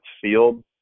field